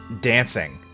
dancing